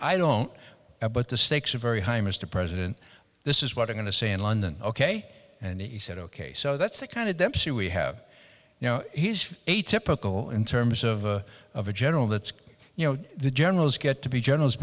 i don't but the stakes are very high mr president this is what i'm going to say in london ok and he said ok so that's the kind of dempsey we have you know he's a typical in terms of a of a general that's you know the generals get to be generals